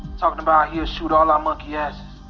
talking about he'll shoot all our monkey asses.